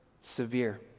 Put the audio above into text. severe